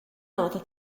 nota